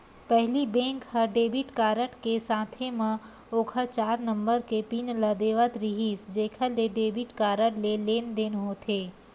पहिली बेंक ह debit card के साथे म ओखर चार नंबर के पिन ल देवत रिहिस जेखर ले डेबिट कारड ले लेनदेन होथे